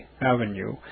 Avenue